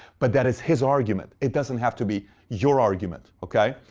but that is his argument. it doesn't have to be your argument. okay.